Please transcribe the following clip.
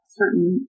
certain